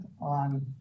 on